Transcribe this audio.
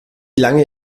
lange